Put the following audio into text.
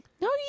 No